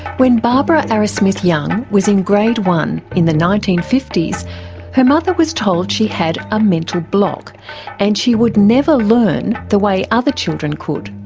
when barbara arrowsmith-young was in grade one in the nineteen fifty s her mother was told she had a mental block and she would never learn the way other children could.